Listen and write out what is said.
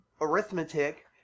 arithmetic